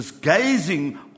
gazing